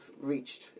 reached